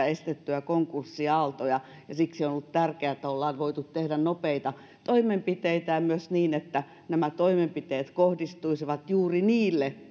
estettyä konkurssiaaltoja ja siksi on ollut tärkeää että ollaan voitu tehdä nopeita toimenpiteitä ja myös niin että nämä toimenpiteet kohdistuisivat juuri niille